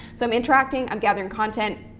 so i'm interacting, i'm gathering content,